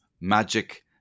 magic